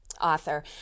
author